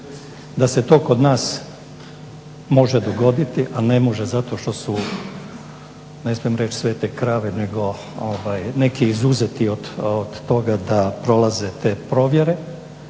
Da se kod nas može dogoditi, a ne može zato što su ne smijem reći svete krave, neki izuzeti da prolaze te provjere,